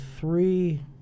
three